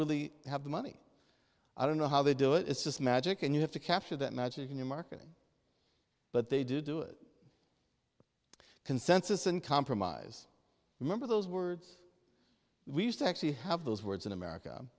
really have the money i don't know how they do it it's just magic and you have to capture that magic in your marketing but they do do it consensus and compromise remember those words we used to actually have those words in america